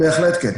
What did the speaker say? אז כן,